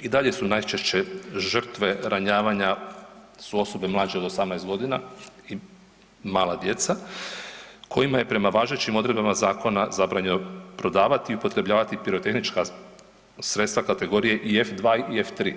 i dalje su najčešće žrtve ranjavanja su osobe mlađe od 18.g. i mala djeca kojima je prema važećim odredbama zakona zabranjeno prodavati i upotrebljavati pirotehnička sredstva kategorije i F-2 i F-3.